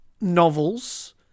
novels